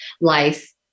life